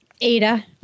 Ada